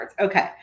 Okay